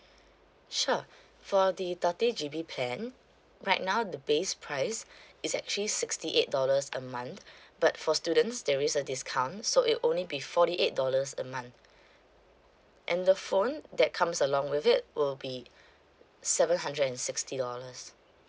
sure for the thirty G_B plan right now the base price is actually sixty eight dollars a month but for students there is a discount so it'll only be forty eight dollars a month and the phone that comes along with it will be seven hundred and sixty dollars